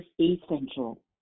essential